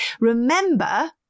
Remember